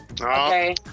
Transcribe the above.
Okay